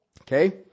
okay